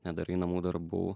nedarai namų darbų